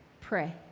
pray